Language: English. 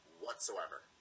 whatsoever